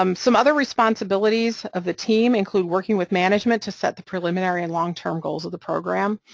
um some other responsibilities of the team include working with management to set the preliminary and long-term goals of the program,